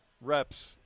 reps